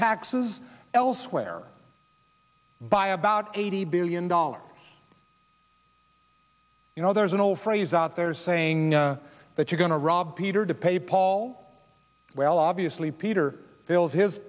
taxes elsewhere by about eighty billion dollars you know there's an old phrase out there saying that you're going to rob peter to pay paul well obviously peter fills his